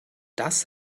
das